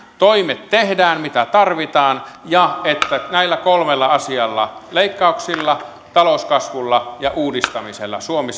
toimet tehdään mitä tarvitaan ja että näillä kolmella asialla leikkauksilla talouskasvulla ja uudistamisella suomi